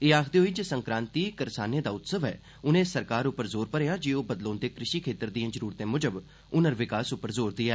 एह आखदे होई जे सन्क्रांति करसाने दा उत्सव ऐ उर्ने सरकार र जोर भरेआ जे ओह बदलौंदे कृषि खेतर दिएं जरूरतें मुजब हनर विकास उपार जोर देऐ